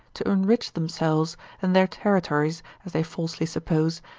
to enrich themselves and their territories as they falsely suppose,